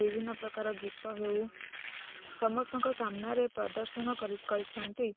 ବିଭିନ୍ନ ପ୍ରକାର ଗୀତ ହେଉ ସମସ୍ତଙ୍କ ସାମ୍ନାରେ ପ୍ରଦର୍ଶନ କରି କରିଥାନ୍ତି